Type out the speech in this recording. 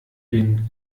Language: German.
den